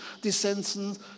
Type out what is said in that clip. dissensions